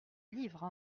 livres